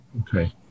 Okay